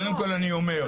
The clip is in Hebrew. קודם כל, אני אומר.